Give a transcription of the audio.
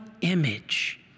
image